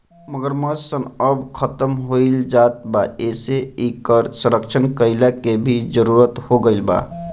मगरमच्छ सन अब खतम होएल जात बा एसे इकर संरक्षण कईला के भी जरुरत हो गईल बा